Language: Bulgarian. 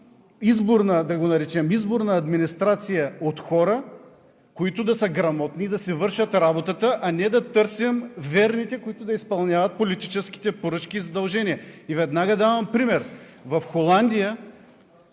изборна администрация от хора, които да са грамотни и да си вършат работата, а не да търсим верните, които да изпълняват политическите поръчки и задължения. И веднага давам пример. В Холандия